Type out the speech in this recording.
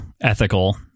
ethical